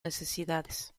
necesidades